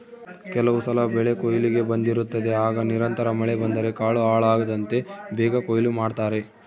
ಕೆಲವುಸಲ ಬೆಳೆಕೊಯ್ಲಿಗೆ ಬಂದಿರುತ್ತದೆ ಆಗ ನಿರಂತರ ಮಳೆ ಬಂದರೆ ಕಾಳು ಹಾಳಾಗ್ತದಂತ ಬೇಗ ಕೊಯ್ಲು ಮಾಡ್ತಾರೆ